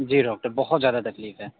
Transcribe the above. जी doctor बहोत ज़्यादा तकलीफ़ है